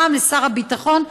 פעם לשר הביטחון,